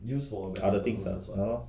others things ah ya lor